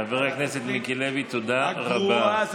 חבר הכנסת מיקי לוי, תודה רבה.